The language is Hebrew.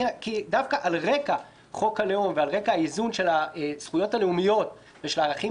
כי על רקע חוק הלאום ועל רקע איזון הזכויות הלאומית ושל הערכים